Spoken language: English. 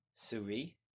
Suri